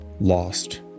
lost